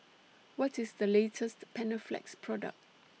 What IS The latest Panaflex Product